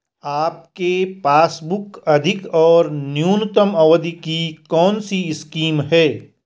आपके पासबुक अधिक और न्यूनतम अवधि की कौनसी स्कीम है?